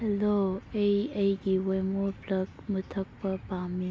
hello ꯑꯩ ꯑꯩꯒꯤ ꯋꯦꯃꯣ ꯄ꯭ꯂꯛ ꯃꯨꯊꯠꯄ ꯄꯥꯝꯃꯤ